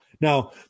Now